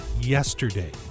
Yesterday